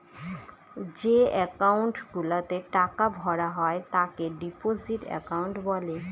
যে একাউন্ট গুলাতে টাকা ভরা হয় তাকে ডিপোজিট একাউন্ট বলে